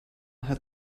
had